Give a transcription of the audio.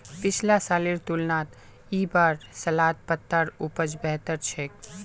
पिछला सालेर तुलनात इस बार सलाद पत्तार उपज बेहतर छेक